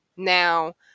Now